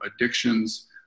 addictions